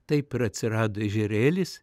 taip ir atsirado ežerėlis